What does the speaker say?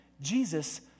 Jesus